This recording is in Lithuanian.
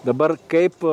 dabar kaip